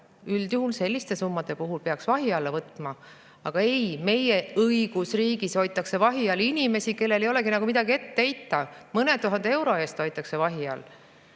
Üldjuhul peaks selliste summade puhul ta vahi alla võtma. Aga ei, meie õigusriigis hoitakse vahi all inimesi, kellele ei olegi nagu midagi ette heita. Mõne tuhande euro tõttu hoitakse vahi all.